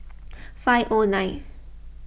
five O nine